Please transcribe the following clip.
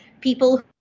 people